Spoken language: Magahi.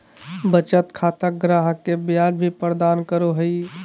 बचत खाता ग्राहक के ब्याज भी प्रदान करो हइ